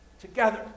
together